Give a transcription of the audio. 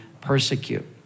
persecute